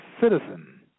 citizen